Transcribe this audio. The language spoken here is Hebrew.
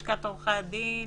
לשכת עורכי הדין?